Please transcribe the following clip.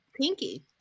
pinky